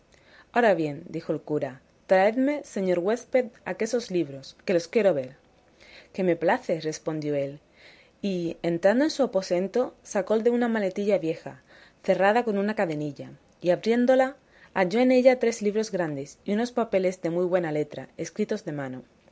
ahora bien dijo el cura traedme señor huésped aquesos libros que los quiero ver que me place respondió él y entrando en su aposento sacó dél una maletilla vieja cerrada con una cadenilla y abriéndola halló en ella tres libros grandes y unos papeles de muy buena letra escritos de mano